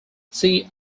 see